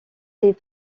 est